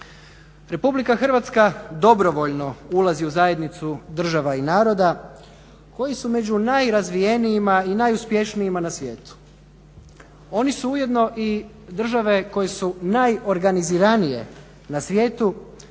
Republika Hrvatska dobrovoljno ulazi u zajednicu država i naroda koji su među najrazvijenijima i najuspješnijima na svijetu. Oni su ujedno i države koje su najorganiziranije na svijetu